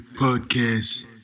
podcast